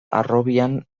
harrobian